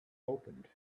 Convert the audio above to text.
opened